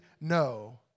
no